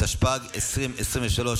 12, 13,